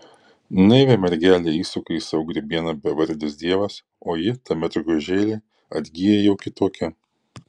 naivią mergelę įsuka į savo grybieną bevardis dievas o ji ta mergužėlė atgyja jau kitokia